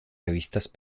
revistas